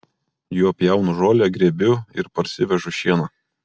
juo pjaunu žolę grėbiu ir parsivežu šieną